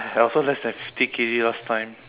I also less than fifty K_G last time